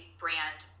brand